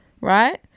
Right